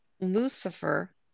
Lucifer